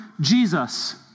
Jesus